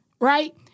right